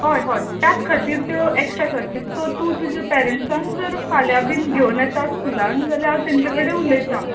होय होय त्यात खातीर त्यो एक्ट्रा क्लासीस सो तूं तुज्या पेरेन्टसांक जर फाल्यां बीन घेवन येता स्कुलाक जाल्यार हांव तेंचे कडेन उलयतां